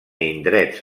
indrets